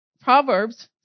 Proverbs